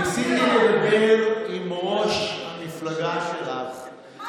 ניסיתי לדבר עם ראש המפלגה שלך,